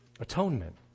Atonement